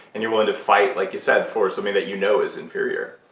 and you're willing to fight, like you said, for something that you know is inferior.